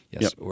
Yes